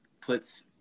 puts